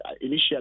initially